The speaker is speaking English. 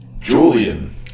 Julian